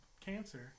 cancer